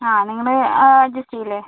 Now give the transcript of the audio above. ആ നിങ്ങൾ അഡ്ജസ്റ്റ് ചെയ്യില്ലേ